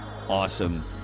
awesome